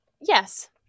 Yes